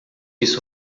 isso